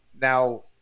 now